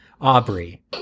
Aubrey